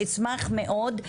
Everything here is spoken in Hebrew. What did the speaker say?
שאשמח מאוד,